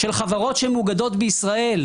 של חברות שמאוגדת בישראל,